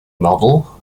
model